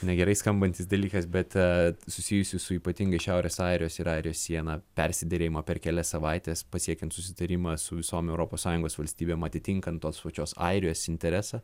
negerai skambantis dalykas bet susijusių su ypatingai šiaurės airijos ir airijos siena persiderėjama per kelias savaites pasiekiant susitarimą su visom europos sąjungos valstybėm atitinkant tos pačios airijos interesą